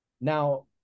now